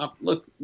look